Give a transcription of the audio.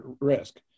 risk